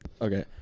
Okay